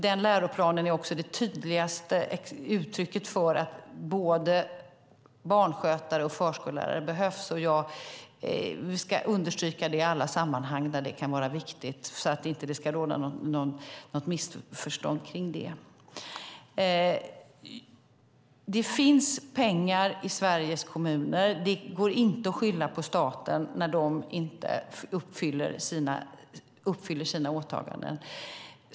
Den läroplanen är det tydligaste uttrycket för att både barnskötare och förskollärare behövs. Vi ska understryka det i alla sammanhang där det kan vara viktigt så att det inte ska råda något missförstånd kring det. Det finns pengar i Sveriges kommuner. Det går inte att skylla på staten när kommunerna inte fullföljer sina åtaganden.